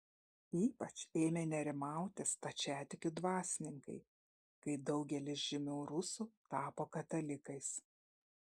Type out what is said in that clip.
ypač ėmė nerimauti stačiatikių dvasininkai kai daugelis žymių rusų tapo katalikais